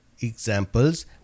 examples